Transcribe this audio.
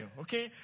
okay